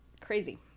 Crazy